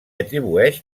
atribueix